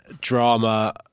Drama